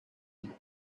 die